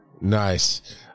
Nice